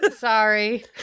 Sorry